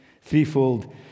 threefold